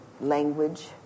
language